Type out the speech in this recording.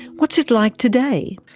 what's it like today?